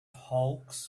hawks